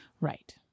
Right